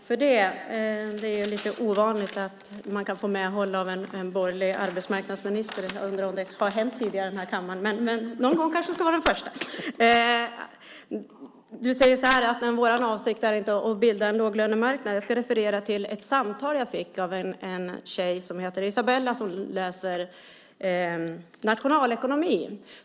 Fru talman! Det är lite ovanligt att få medhåll av en borgerlig arbetsmarknadsminister. Jag undrar om det har hänt tidigare i den här kammaren. Någon gång ska vara den första. Du säger: Vår avsikt är inte att bilda en låglönemarknad. Jag ska referera till ett telefonsamtal som jag har fått från en tjej som heter Isabella och som läser nationalekonomi.